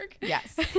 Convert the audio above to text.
Yes